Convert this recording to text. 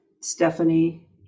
Stephanie